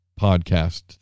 podcast